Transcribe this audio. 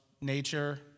nature